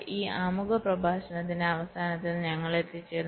ഈ ആമുഖ പ്രഭാഷണത്തിന്റെ അവസാനത്തിൽ ഞങ്ങൾ എത്തിച്ചേരുന്നു